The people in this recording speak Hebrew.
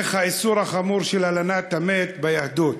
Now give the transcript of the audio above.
איך האיסור החמור של הלנת המת ביהדות: